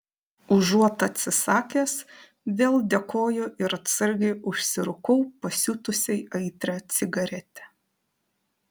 užuot atsisakęs vėl dėkoju ir atsargiai užsirūkau pasiutusiai aitrią cigaretę